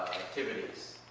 activities.